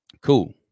Cool